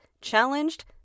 challenged